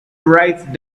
write